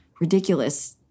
ridiculous—